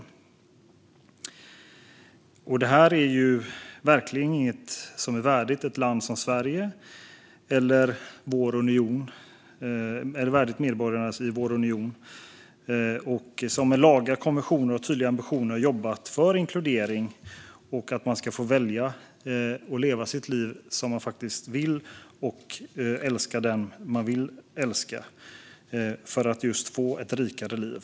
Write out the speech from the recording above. Detta är verkligen inget som är värdigt ett land som Sverige eller medborgarna i vår union, som med lagar, konventioner och tydliga ambitioner har jobbat för inkludering och att man ska få välja att leva sitt liv som man vill och älska den man vill älska för att just få ett rikare liv.